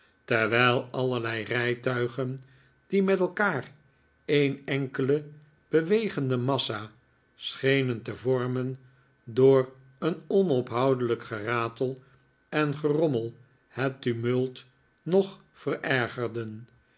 terwijl allerlei rijtuigen die met elkaar een enkele bewegende massa schenen te vormen door een onophoudelijk geratel en gerommel het tumult nog